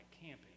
camping